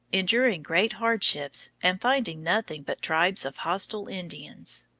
enduring great hardships and finding nothing but tribes of hostile indians.